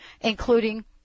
including